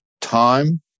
time